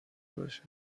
بشه